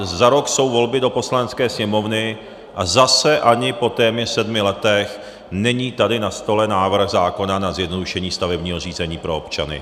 Za rok jsou volby do Poslanecké sněmovny a zase ani po téměř sedmi letech není tady na stole návrh zákona na zjednodušení stavebního řízení pro občany.